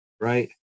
right